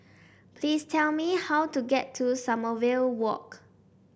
please tell me how to get to Sommerville Walk